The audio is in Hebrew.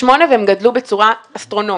108, והם גדלו בצורה אסטרונומית.